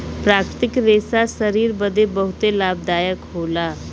प्राकृतिक रेशा शरीर बदे बहुते लाभदायक होला